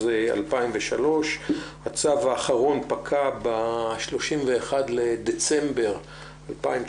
2003. הצו האחרון פקע ב-31 בדצמבר 2019